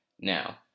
Now